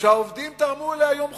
שהעובדים תרמו אליה יום חופשה.